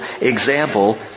example